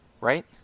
right